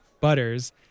butters